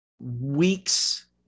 weeks